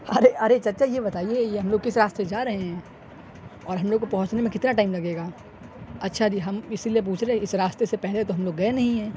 ارے ارے چچا یہ بتائیے یہ ہم لوگ کس راستے سے جا رہے ہیں اور ہم لوگوں کو پہنچنے میں کتنا ٹائم لگے گا اچھا جی ہم اس لیے پوچھ رہے اس راستے سے پہلے تو ہم لوگ گئے نہیں ہیں